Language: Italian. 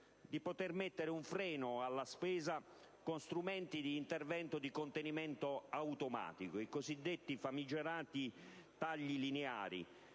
di poter mettere un freno alla spesa con strumenti di intervento di contenimento automatico, i cosiddetti, famigerati tagli lineari,